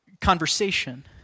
conversation